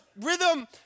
rhythm